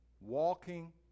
walking